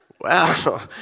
Wow